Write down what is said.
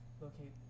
locate